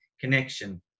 connection